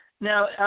Now